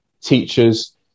teachers